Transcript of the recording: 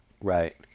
Right